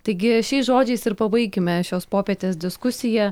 taigi šiais žodžiais ir pabaikime šios popietės diskusiją